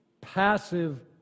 passive